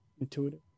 intuitive